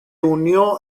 unió